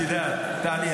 טלי,